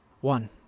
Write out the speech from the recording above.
One